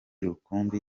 rukumbi